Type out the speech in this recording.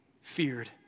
feared